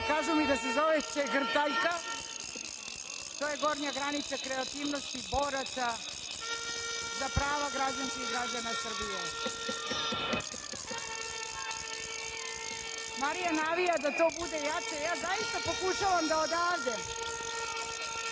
kažu mi da se ovo zove čegrtaljka, to je gornja granica kreativnosti boraca za prava građana i građanki Srbije. Marija navija da to bude jače, a ja zaista pokušavam da odavde,